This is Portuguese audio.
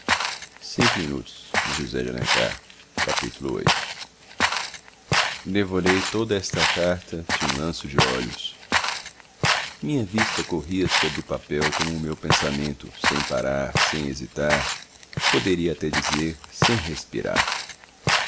até amanhã devorei toda esta carta de um lanço de olhos minha vista corria sobre o papel como o meu pensamento sem parar sem hesitar poderia até dizer sem respirar